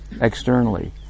externally